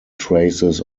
traces